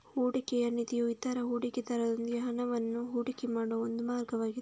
ಹೂಡಿಕೆಯ ನಿಧಿಯು ಇತರ ಹೂಡಿಕೆದಾರರೊಂದಿಗೆ ಹಣವನ್ನ ಹೂಡಿಕೆ ಮಾಡುವ ಒಂದು ಮಾರ್ಗವಾಗಿದೆ